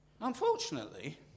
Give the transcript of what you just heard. Unfortunately